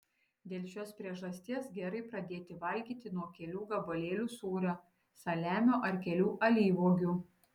dėl šios priežasties gerai pradėti valgyti nuo kelių gabalėlių sūrio saliamio ar kelių alyvuogių